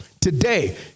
Today